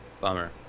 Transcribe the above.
Bummer